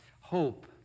Hope